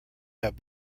have